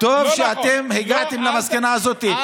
טוב שאתם הגעתם למסקנה הזאת.